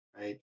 right